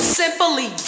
simply